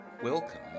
Welcome